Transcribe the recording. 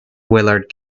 willard